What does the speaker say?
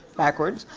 backwards.